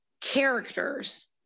characters